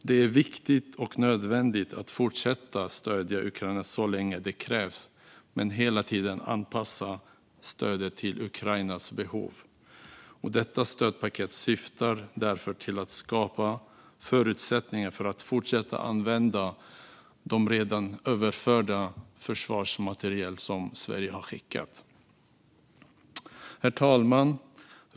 Det är viktigt och nödvändigt att fortsätta stödja Ukraina så länge det krävs men hela tiden anpassa stödet till Ukrainas behov. Detta stödpaket syftar därför till att skapa förutsättningar för att fortsätta använda redan överförd försvarsmateriel från Sverige. Herr talman!